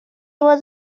was